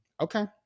okay